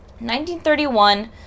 1931